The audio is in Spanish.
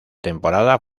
temporada